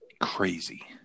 crazy